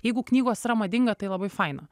jeigu knygos yra madinga tai labai faina